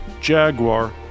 Jaguar